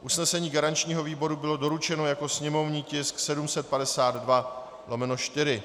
Usnesení garančního výboru bylo doručeno jako sněmovní tisk 752/4.